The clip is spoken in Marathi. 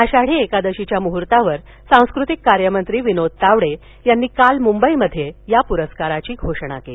आषाढी एकादशीच्या मुहूर्तावर सांस्कृतिक कार्य मंत्री विनोद तावडे यांनी काल मुंबईत या पुरस्काराची घोषणा केली